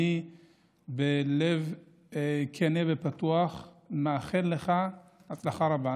ובלב כן ופתוח אני מאחל לך הצלחה רבה.